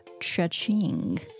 cha-ching